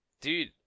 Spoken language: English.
dude